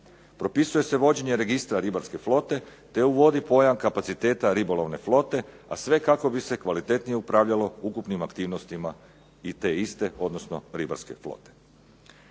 Propisuje se vođenje registra ribarske flote te uvodi pojam kapaciteta ribolovne flote, a sve kako bi se kvalitetnije upravljanje ukupnim aktivnostima te iste, odnosno ribarske flote.